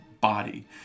body